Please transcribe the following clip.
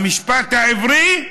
המשפט העברי,